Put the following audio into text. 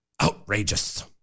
Outrageous